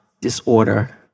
disorder